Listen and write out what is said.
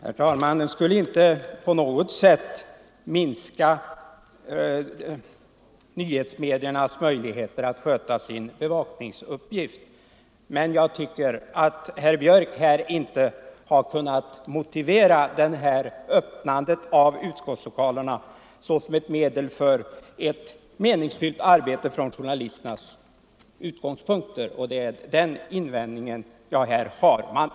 Herr talman! De skulle inte på något sätt minska nyhetsmediernas möjligheter att sköta sin bevakningsuppgift. Men jag tycker att herr Björck inte har kunnat motivera öppnandet av utskottslokalerna såsom ett medel för att göra journalisternas arbete i detta avseende meningsfyllt, och det är den invändningen jag här har framfört.